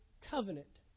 covenant